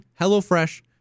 Hellofresh